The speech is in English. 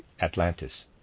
Atlantis